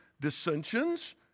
dissensions